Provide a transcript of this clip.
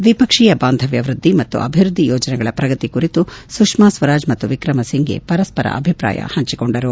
ದ್ವಿಪಕ್ಷೀಯ ಬಾಂಧವ್ಯ ವೃದ್ದಿ ಮತ್ತು ಅಭಿವೃದ್ದಿ ಯೋಜನೆಗಳ ಪ್ರಗತಿ ಕುರಿತು ಸುಷ್ಮಾ ಸ್ವರಾಜ್ ಮತ್ತು ವಿಕ್ರಮಸಿಂಥೆ ಪರಸ್ವರ ಅಭಿಪ್ರಾಯ ಹಂಚಿಕೊಂಡರು